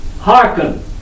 hearken